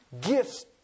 gifts